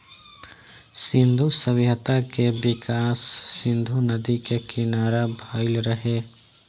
सिंधु सभ्यता के विकास सिंधु नदी के किनारा भईल रहे